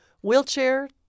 wheelchair